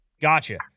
Gotcha